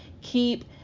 Keep